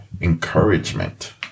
encouragement